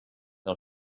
del